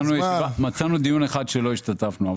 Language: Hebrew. דיון אחד שלא השתתפנו.